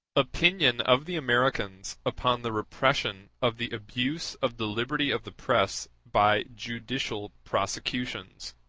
opinion of the americans upon the repression of the abuse of the liberty of the press by judicial prosecutions